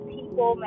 People